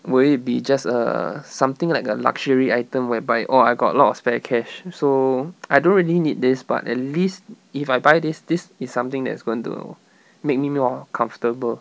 will it be just err something like a luxury item whereby orh I got lot of spare cash so I don't really need this but at least if I buy this this is something that is going to make me more comfortable